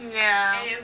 ya